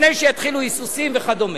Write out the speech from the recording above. לפני שיתחילו היסוסים וכדומה.